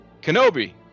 Kenobi